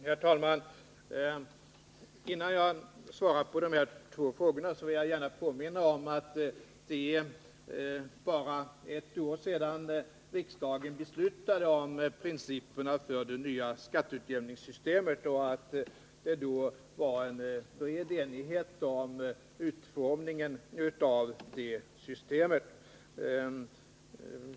Herr talman! Innan jag svarar på dessa två frågor vill jag gärna påminna om att det bara är ett år sedan riksdagen beslutade om principerna för det nya skatteutjämningsystemet och att det då var en bred enighet om utformningen av systemet.